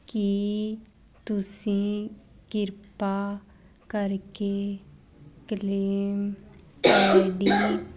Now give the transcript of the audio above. ਕੀ ਤੁਸੀਂ ਕਿਰਪਾ ਕਰਕੇ ਕਲੇਮ ਆਈ ਡੀ